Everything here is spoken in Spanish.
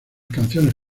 canciones